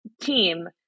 team